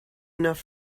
enough